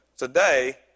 Today